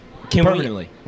Permanently